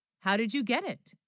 how, did you get it